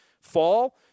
fall